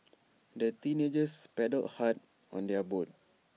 the teenagers paddled hard on their boat